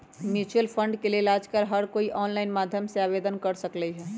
mutual fund के लेल आजकल हर कोई ऑनलाईन माध्यम से आवेदन कर सकलई ह